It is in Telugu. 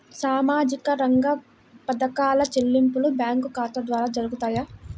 సామాజిక రంగ పథకాల చెల్లింపులు బ్యాంకు ఖాతా ద్వార జరుగుతాయా?